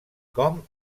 com